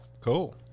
Cool